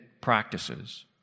practices